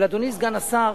אבל, אדוני סגן השר,